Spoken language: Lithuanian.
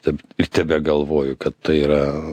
taip ir tebegalvoju kad tai yra